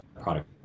product